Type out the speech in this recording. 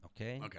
Okay